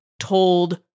told